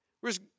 Whereas